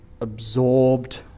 absorbed